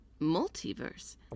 Multiverse